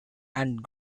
and